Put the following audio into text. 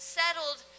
settled